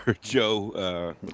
Joe